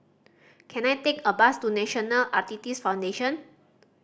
can I take a bus to National Arthritis Foundation